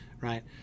right